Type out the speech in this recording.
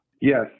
Yes